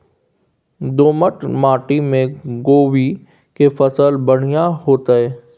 दोमट माटी में कोबी के फसल बढ़ीया होतय?